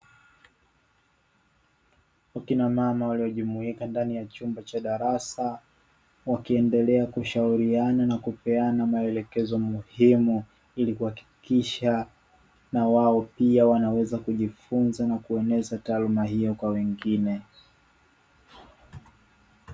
Wakina mama waliojumuika ndani ya chumba cha darasa wakiendelea kushauriana na kupeana maelekezo muhimu ili kuhakikisha na wao pia wanaweza kujifunza na kueneza taaluma hiyo kwa wengine.